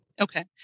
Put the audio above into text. Okay